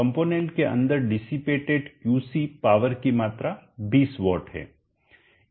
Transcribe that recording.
component के अंदर dissipated क्यूसी पावर की मात्रा 20 W है